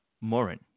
Morin